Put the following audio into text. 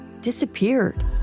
disappeared